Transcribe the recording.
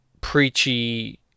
preachy